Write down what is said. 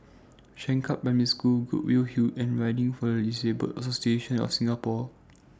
Changkat Primary School Goodwood Hill and Riding For The Disabled Association of Singapore